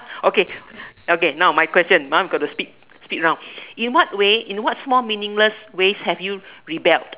okay okay now my question now I got to speak speak now in what way in what small meaningless way have you rebelled